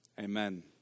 amen